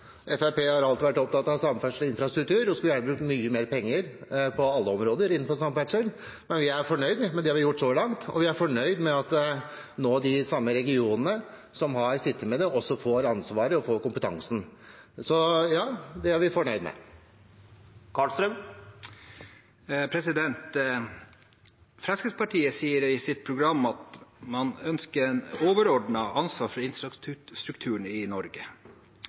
Fremskrittspartiet har alltid vært opptatt av samferdsel og infrastruktur og skulle gjerne brukt mye mer penger på alle områder innenfor samferdsel, men vi er fornøyd med det vi har gjort så langt. Vi er fornøyd med at de samme regionene som har sittet med dette, også får ansvaret og kompetansen. Så ja – det er vi fornøyd med. Fremskrittspartiet sier i sitt program at man ønsker at staten skal ha et overordnet ansvar for infrastrukturen i Norge.